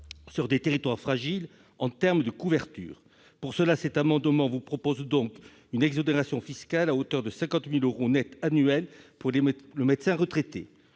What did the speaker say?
sur des territoires fragiles en termes de couverture. Pour cela, l'amendement vise à mettre en place une exonération fiscale à hauteur de 50 000 euros nets annuels pour le médecin retraité.